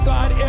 God